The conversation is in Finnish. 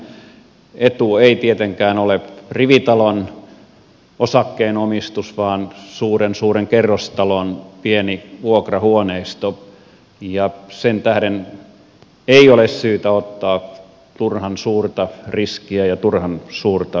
suomen etu ei tietenkään ole rivitalon osakkeenomistus vaan suuren suuren kerrostalon pieni vuokrahuoneisto ja sen tähden ei ole syytä ottaa turhan suurta riskiä ja turhan suurta roolia